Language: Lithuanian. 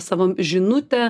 savo žinutę